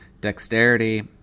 Dexterity